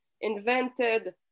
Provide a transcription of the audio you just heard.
invented